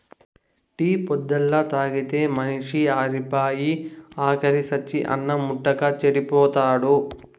tea పొద్దల్లా తాగితే మనిషి ఆరిపాయి, ఆకిలి సచ్చి అన్నిం ముట్టక చెడిపోతాడు